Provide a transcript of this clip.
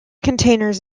containers